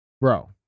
Bro